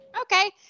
Okay